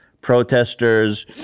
protesters